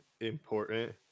important